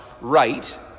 right